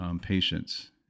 patients